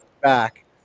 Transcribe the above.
back